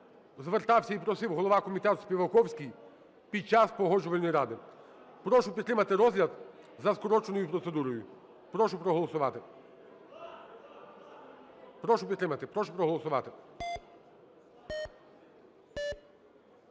звертався і просив голова комітету Співаковський під час Погоджувальної ради. Прошу підтримати розгляд за скороченою процедурою, прошу проголосувати. Прошу підтримати, прошу проголосувати.